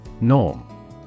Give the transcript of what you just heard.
Norm